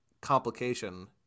complication